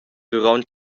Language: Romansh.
duront